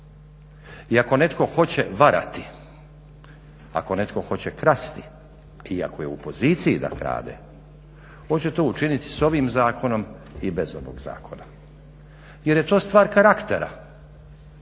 Iako netko hoće varati, ako netko hoće krasti i ako je u poziciji da krade, on će to učiniti s ovim zakonom i bez ovog zakona jer je to stvar karaktera